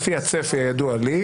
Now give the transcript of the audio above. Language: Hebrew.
לפי הצפי הידוע לי,